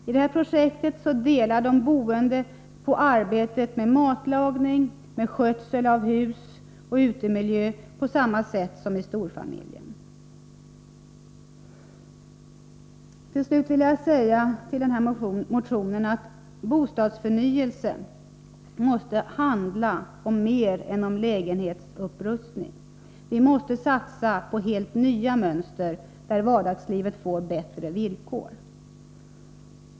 I projektet delar de boende på arbetet med matlagning, skötsel av hus och utemiljö på samma sätt som i storfamiljen. Slutligen vill jag säga att bostadsförnyelse måste handla om mer än lägenhetsupprustning. Vi måste satsa på helt nya mönster där vardagslivet får bättre villkor.